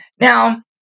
Now